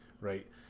right